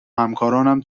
همکارانم